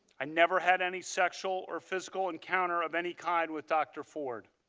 i never had any sexual or physical encounter of any kind with dr. ford.